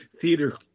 theater